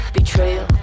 betrayal